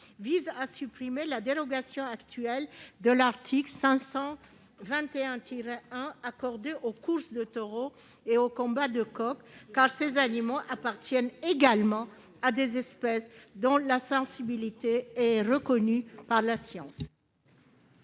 de supprimer la dérogation actuelle accordée aux courses de taureaux et aux combats de coqs, car ces animaux appartiennent également à des espèces dont la sensibilité est reconnue par la science.